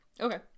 Okay